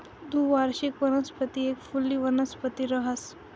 द्विवार्षिक वनस्पती एक फुली वनस्पती रहास